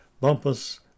Bumpus